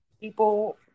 people